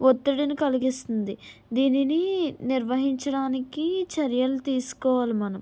ఒత్తిడిని కలిగిస్తుంది దీనిని నిర్వహించడానికి చర్యలు తీస్కోవాలి మనం